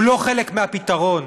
הוא לא חלק מהפתרון.